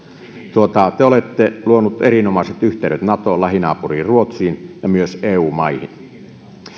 te olette luonut erinomaiset yhteydet natoon lähinaapuriin ruotsiin ja myös eu maihin